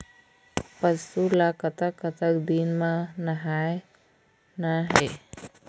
पशु ला कतक कतक दिन म नहाना हे?